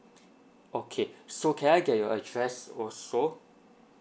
okay so can I get your address also